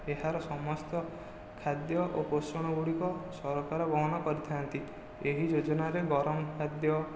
ଏହାର ସମସ୍ତ ଖାଦ୍ୟ ଓ ପୋଷଣଗୁଡ଼ିକ ସରକାର ବହନ କରିଥାନ୍ତି ଏହି ଯୋଜନାରେ ଗରମ ଖାଦ୍ୟ